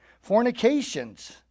Fornications